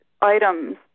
items